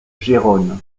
gérone